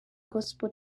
gospel